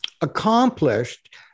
accomplished